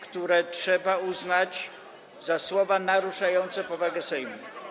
które trzeba uznać za słowa naruszające powagę Sejmu.